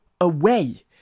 away